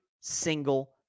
single